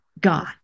God